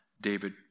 David